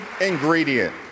ingredient